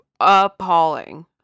appalling